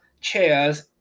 chairs